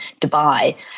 Dubai